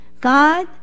God